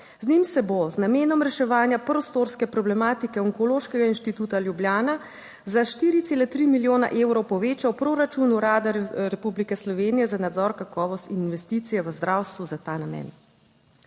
Z njim se bo z namenom reševanja prostorske problematike Onkološkega inštituta Ljubljana za 4,3 milijone evrov povečal proračun Urada Republike Slovenije za nadzor kakovosti investicij v zdravstvu za ta. Namen,